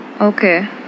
Okay